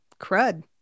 crud